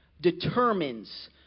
determines